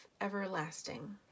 everlasting